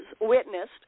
witnessed